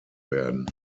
werden